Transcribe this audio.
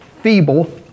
feeble